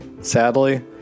sadly